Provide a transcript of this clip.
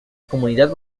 comunidad